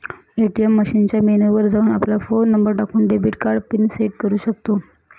ATM मशीनच्या menu वर जाऊन, आपला फोन नंबर टाकून, डेबिट कार्ड पिन रिसेट करू शकतो